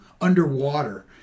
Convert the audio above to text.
underwater